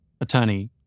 Attorney